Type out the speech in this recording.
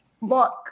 look